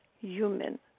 human